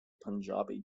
punjabi